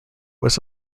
was